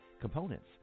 Components